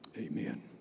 Amen